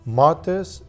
matters